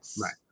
Right